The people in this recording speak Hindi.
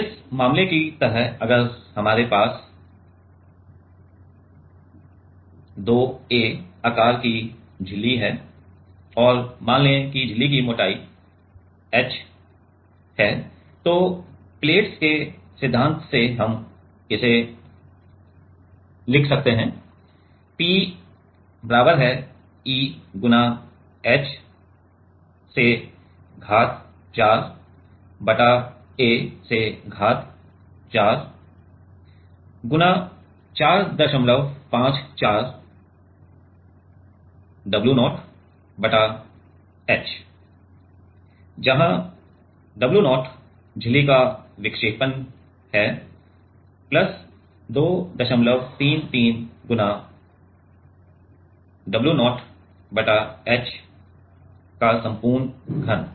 अब इस मामले की तरह अगर हमारे पास 2a आकार की झिल्ली है और मान लें कि झिल्ली की मोटाई h है तो प्लेट्स के सिद्धांत से हम इसे लिख सकते हैं P बराबर है E गुणा h से घात 4 बटा a से घात 4 गुणा 454 w0 बटा h जहां w0 झिल्ली का विक्षेपण है प्लस 233 गुणा w0 बटा h संपूर्ण घन